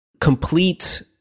complete